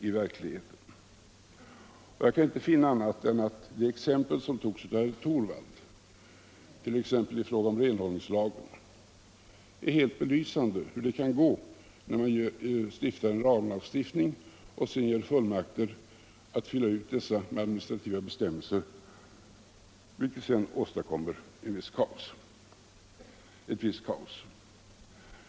Jag kan heller inte finna annat än att det exempel som anfördes av herr Torwald och som gällde renhållningslagen är helt belysande för hur det kan gå om man inför en ramlagstiftning och därefter utfärdar fullmakter för att komplettera denna med administrativa bestämmelser. I sådana fall uppkommer ett visst kaos.